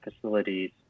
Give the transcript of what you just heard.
facilities